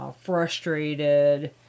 frustrated